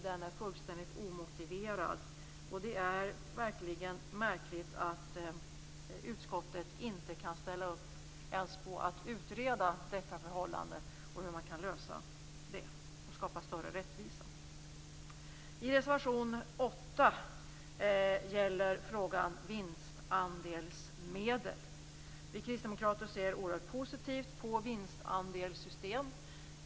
Den är fullständigt omotiverad. Det är verkligen märkligt att inte utskottet kan ställa upp ens på att utreda detta förhållande och hur man kan lösa det för att skapa större rättvisa. I reservation 8 gäller frågan vinstandelsmedel. Vi kristdemokrater ser oerhört positivt på vinstandelssystem.